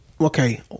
okay